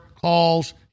calls